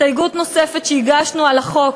הסתייגות נוספת שהגשנו לחוק,